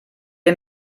den